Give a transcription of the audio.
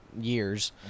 years